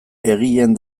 egileen